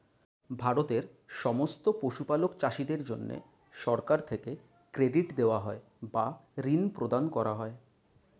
ভারতের সমস্ত পশুপালক চাষীদের জন্যে সরকার থেকে ক্রেডিট দেওয়া হয় বা ঋণ প্রদান করা হয়